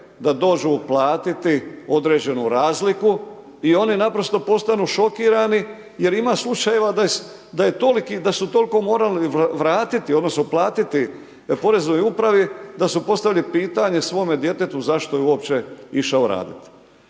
da dođu uplatiti određenu razliku i oni naprosto postanu šokirani jer ima slučajeva da je, da su toliko morali vratiti odnosno platiti Poreznoj upravi da su postavili pitanje svome djetetu zašto je uopće išao raditi.